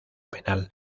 penal